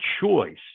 choice